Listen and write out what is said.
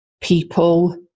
people